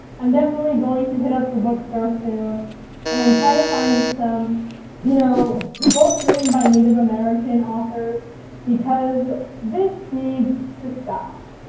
i'm definitely going to hit up the bookstore soon and try to find some you know books written by native american authors because this needs to stop.